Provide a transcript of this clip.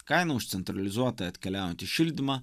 kaina už centralizuotai atkeliaujantį šildymą